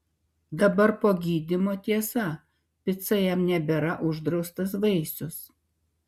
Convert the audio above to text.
dabar po gydymo tiesa pica jam nebėra uždraustas vaisius